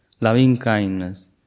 loving-kindness